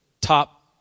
Top